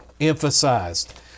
emphasized